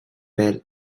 pale